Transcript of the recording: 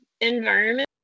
environment